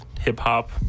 hip-hop